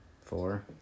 Four